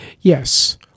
Yes